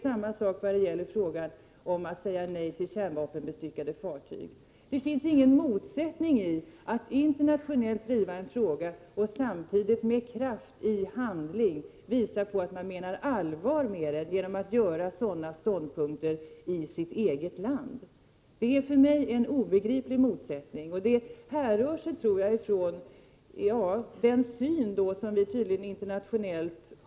Samma sak gäller frågan om att säga nej till kärnvapenbestyckade fartyg. Det finns ingen motsättning mellan att internationellt driva en fråga och samtidigt med kraft i handling visa att man menar allvar med den, genom de ståndpunkter som man intar i sitt eget land. Det är för mig en obegriplig motsättning. Jag tror att det hela härrör sig från den syn som vi tydligen har internationellt.